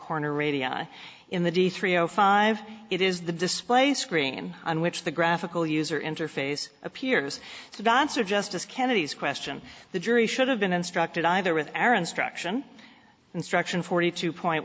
corner radio in the d three o five it is the display screen on which the graphical user interface appears to dance or justice kennedy's question the jury should have been instructed either with aaron struction instruction forty two point